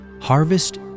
Harvest